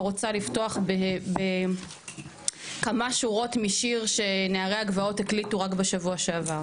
רוצה לפתוח בכמה שורות משיר שנערי הגבעות הקליטו רק בשבוע שעבר.